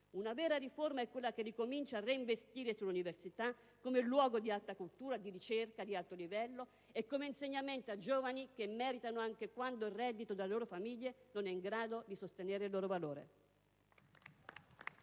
Una vera riforma è quella che ricomincia ad investire sull'università come luogo di alta cultura, di ricerca di alto livello e di insegnamento a giovani che meritano, anche quando il reddito delle loro famiglie non è in grado di sostenere il loro valore.